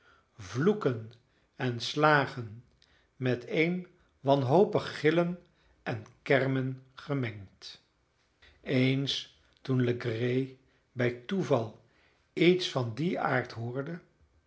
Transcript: vloeken en slagen met een wanhopig gillen en kermen gemengd eens toen legree bij toeval iets van dien aard hoorde